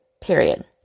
period